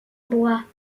bois